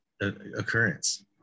occurrence